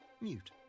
Mute